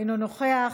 אינו נוכח,